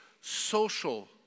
social